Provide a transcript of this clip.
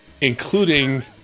including